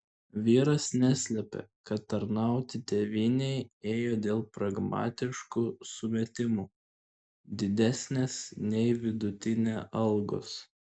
vyras neslepia kad tarnauti tėvynei ėjo dėl pragmatiškų sumetimų didesnės nei vidutinė algos